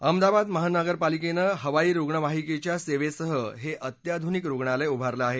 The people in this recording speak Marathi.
अहमदाबाद महानगरपालिकेनं हवाई रुग्णवाहिकेच्या सेवेसह हे अत्याधुनिक रुग्णालय उभारलं आहे